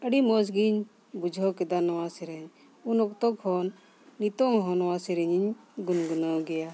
ᱟᱹᱰᱤ ᱢᱚᱡᱽ ᱜᱤᱧ ᱵᱩᱡᱷᱟᱹᱣ ᱠᱮᱫᱟ ᱱᱚᱣᱟ ᱥᱮᱨᱮᱧ ᱩᱱ ᱚᱠᱛᱚ ᱠᱷᱚᱱ ᱱᱤᱛᱚᱝ ᱦᱚᱸ ᱱᱚᱣᱟ ᱥᱮᱨᱮᱧ ᱤᱧ ᱜᱩᱱᱜᱩᱱᱟᱹᱣ ᱜᱮᱭᱟ